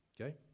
okay